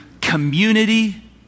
community